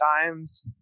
times